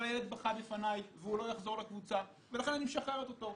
אבל הילד בכה בפני והוא לא יחזור לקבוצה ולכן אני משחררת אותו.